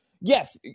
Yes